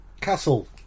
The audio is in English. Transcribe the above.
Castle